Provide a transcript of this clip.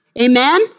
Amen